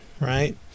right